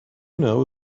know